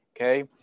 okay